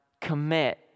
commit